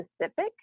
specific